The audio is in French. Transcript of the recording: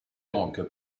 donc